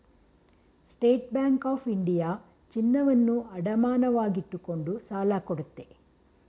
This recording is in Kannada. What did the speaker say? ಸ್ಟೇಟ್ ಬ್ಯಾಂಕ್ ಆಫ್ ಇಂಡಿಯಾ ಚಿನ್ನವನ್ನು ಅಡಮಾನವಾಗಿಟ್ಟುಕೊಂಡು ಸಾಲ ಕೊಡುತ್ತೆ